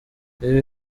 ibi